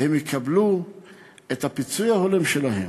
הם יקבלו את הפיצוי ההולם שלהם,